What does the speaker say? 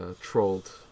trolled